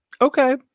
okay